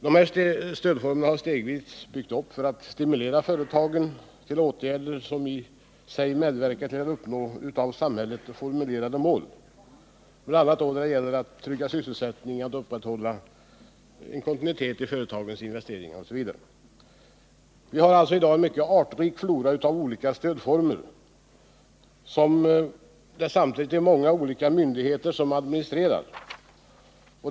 Dessa stödformer har stegvis byggts ut för att stimulera företagen till åtgärder som i sig medverkar till att uppnå av samhället formulerade mål, bl.a. då det gäller att trygga sysselsättningen och upprätthålla kontinuiteten i företagens investeringar. Vi har i dag en mycket rik flora av olika stödformer, samtidigt som det är många olika myndigheter som administrerar stödet.